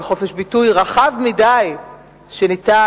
על חופש ביטוי רחב מדי שניתן,